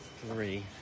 Three